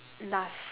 last